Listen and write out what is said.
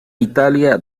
italia